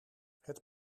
het